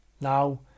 now